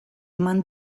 eman